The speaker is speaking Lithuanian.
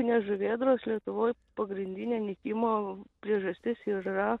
nes žuvėdros lietuvoj pagrindinė nykimo priežastis ir yra